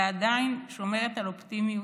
ואני עדיין שומרת על אופטימיות,